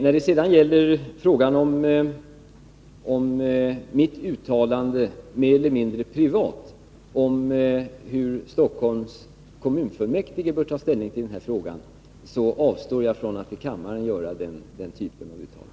När det sedan gäller ett uttalande från mig mer eller mindre privat om hur Stockholms kommunfullmäktige bör ta ställning till den här frågan vill jag säga att jag avstår från att i kammaren göra den typen av uttalanden.